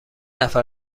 نفر